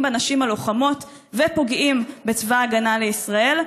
בנשים הלוחמות ופוגעים בצבא ההגנה לישראל?